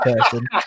person